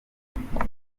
nkundimana